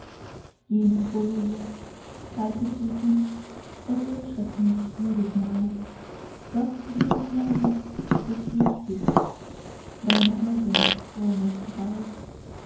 jenes böse kalte zucken das erschreckt mich jedesmal doch die dunkle angst beschwichtigt deiner augen frommer strahl